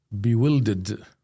bewildered